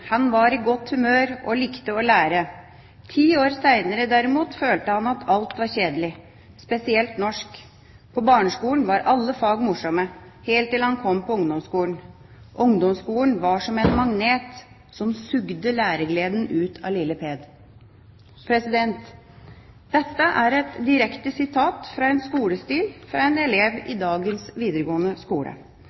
Han var i godt humør og likte å lære. 10 år senere derimot følte han at alt var kjedelig. Spesielt norsk. På barneskolen var alle fag morsomme. Helt til han kom på ungdomsskolen. Ungdomsskolen var som en magnet som sugde lærergleden ut av lille Per.» Dette er et direkte sitat fra en skolestil fra en elev i dagens videregående skole